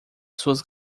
suas